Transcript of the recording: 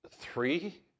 three